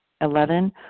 Eleven